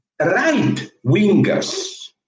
right-wingers